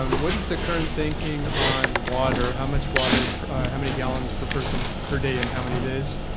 um what is the current thinking on water? how much water how many gallons per person per day, and how many days?